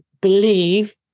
believe